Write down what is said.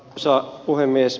arvoisa puhemies